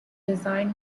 design